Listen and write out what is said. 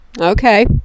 Okay